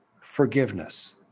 forgiveness